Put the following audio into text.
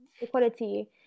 equality